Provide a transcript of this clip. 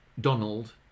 Donald